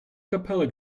capella